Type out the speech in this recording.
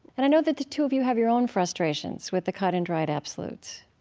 and i know that the two of you have your own frustrations with the cut-and-dried absolutes.